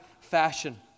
fashion